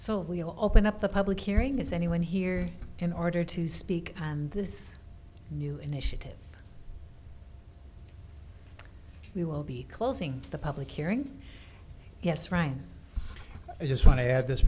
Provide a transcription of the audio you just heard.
so we'll open up the public hearing if anyone here in order to speak and this new initiative we will be closing the public hearing yes right i just want to add this